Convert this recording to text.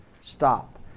Stop